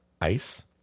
ice